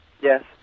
Yes